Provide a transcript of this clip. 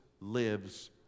lives